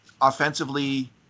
offensively